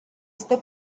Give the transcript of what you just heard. este